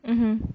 mmhmm